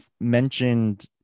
mentioned